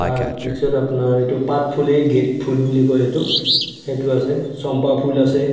তাৰপিছত আপোনাৰ এইটো পাত ফুল এই গেট ফুল বুলি কয় এইটো সেইটো আছে চম্পা ফুল আছে